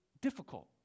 difficult